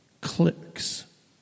clicks